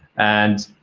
and